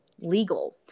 legal